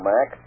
Max